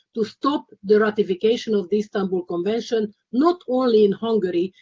to stop the ratification of the istanbul convention, not only in hungary,